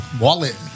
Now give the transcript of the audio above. wallet